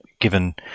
given